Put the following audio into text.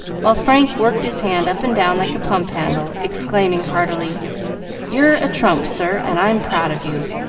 while frank worked his hand up and down like a pump-handle, exclaiming heartily you're a trump, sir, and i'm proud of you!